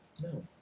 No